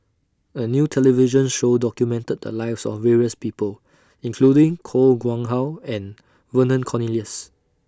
A New television Show documented The Lives of various People including Koh Nguang How and Vernon Cornelius